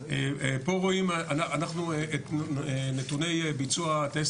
פה רואים נתוני ביצוע.